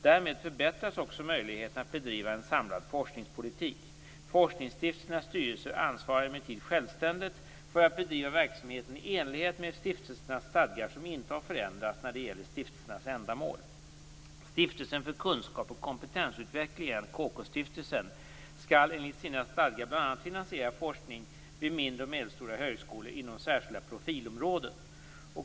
Därmed förbättras också möjligheterna att bedriva en samlad forskningspolitik. Forskningsstiftelsernas styrelser ansvarar emellertid självständigt för att bedriva verksamheten i enlighet med stiftelsernas stadgar, som inte har förändrats när det gäller stiftelsernas ändamål. KK-stiftelsen, skall enligt sina stadgar bl.a. finansiera forskning vid mindre och medelstora högskolor inom särskilda profilområden.